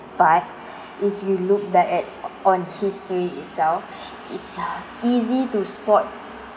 but if you look back at on history itself it's easy to spot